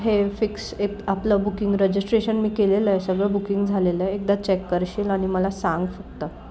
हे फिक्स एक आपलं बुकिंग रजिस्ट्रेशन मी केलेलं आहे सगळं बुकिंग झालेलं आहे एकदा चेक करशील आणि मला सांग फक्त